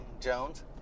Jones